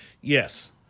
Yes